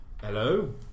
Hello